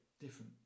different